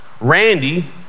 Randy